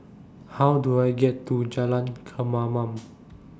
How Do I get to Jalan Kemaman